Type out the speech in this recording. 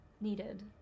needed